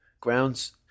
grounds